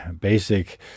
basic